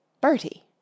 bertie